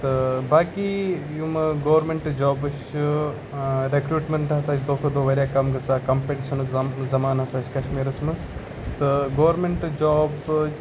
تہٕ باقٕے یِمہٕ گورنمنٹ جابٕز چھِ رٮ۪کرٛوٗٹمَنٛٹ تہِ ہَسا چھِ دۄہ کھۄتہٕ دۄہ واریاہ کَم گژھان کَمپِٹِشَنُک زَ زَمانہٕ ہَسا چھُ کشمیٖرَس منٛز تہٕ گورنمنٹ جاب